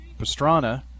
Pastrana